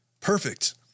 perfect